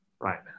right